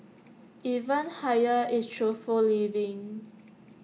even higher is truthful living